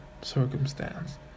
circumstance